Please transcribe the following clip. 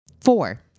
Four